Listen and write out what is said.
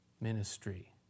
ministry